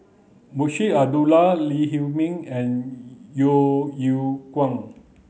Munshi Abdullah Lee Huei Min and Yeo Yeow Kwang